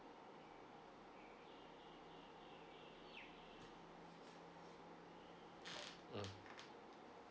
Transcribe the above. mm